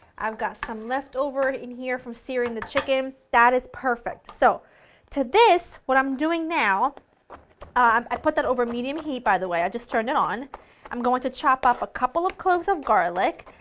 i've got some leftover in here from searing the chicken, that is perfect, so to this what i'm doing now ah i put that over medium heat by the way, i just turned it on i'm going to chop up a couple of cloves of garlic,